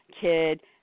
kid